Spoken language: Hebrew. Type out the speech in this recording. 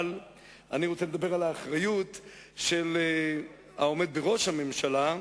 אבל אני רוצה לדבר על האחריות של העומד בראש הממשלה,